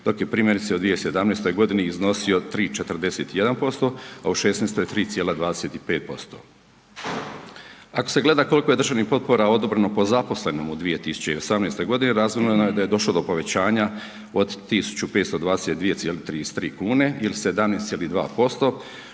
dok je primjerice u 2017. godini iznosio 3,41%, a u 2016. 3,35%. Ako se gleda koliko je državnih potpora odobreno po zaposlenom u 2018. godini razvidno je da je došlo do povećanja od od 1522,33 kune ili 17,2%